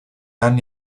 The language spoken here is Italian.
anni